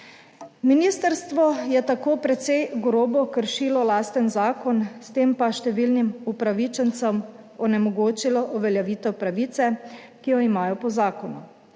Ministrstvo je tako precej grobo kršilo lasten zakon, s tem pa številnim upravičencem onemogočilo uveljavitev pravice, ki jo imajo po zakonu.